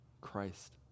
Christ